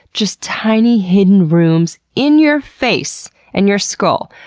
just tiny hidden rooms in your face and your skull.